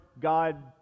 God